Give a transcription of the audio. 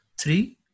Three